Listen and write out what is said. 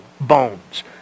bones